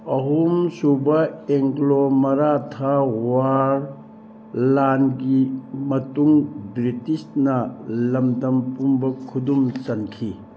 ꯑꯍꯨꯝꯁꯨꯕ Anglo Maratha war ꯂꯥꯟꯒꯤ ꯃꯇꯨꯡ ꯕ꯭ꯔꯤꯇꯤꯁꯅ ꯂꯝꯗꯝ ꯄꯨꯝꯕ ꯈꯨꯗꯨꯝ ꯆꯟꯈꯤ